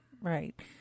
Right